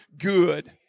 good